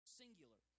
singular